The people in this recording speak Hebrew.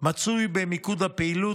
מצוי במוקד הפעילות,